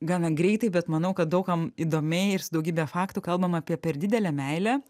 gana greitai bet manau kad daug kam įdomiai ir su daugybe faktų kalbam apie per didelę meilę